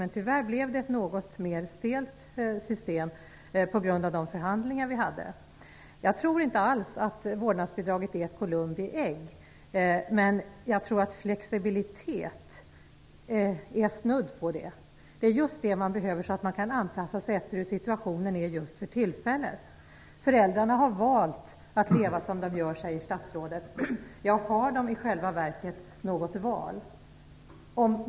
Men tyvärr blev det ett något mer stelt system på grund av de förhandlingar som vi hade. Jag tror inte alls att vårdnadsbidraget är ett Columbi ägg. Men jag tror att flexibilitet är snudd på det. Det är just det som behövs för att man skall kunna anpassa sig efter hur situationen är just för tillfället. Föräldrarna har valt att leva som de gör, säger statsrådet. Ja, har de i själva verket något val?